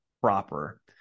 proper